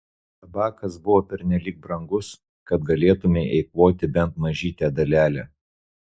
tabakas buvo pernelyg brangus kad galėtumei eikvoti bent mažytę dalelę